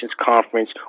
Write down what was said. Conference